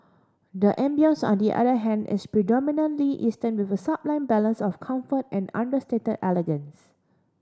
the ambience on the other hand is predominantly Eastern with a sublime balance of comfort and understated elegance